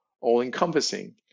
all-encompassing